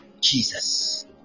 Jesus